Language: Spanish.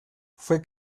fue